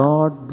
God